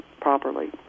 properly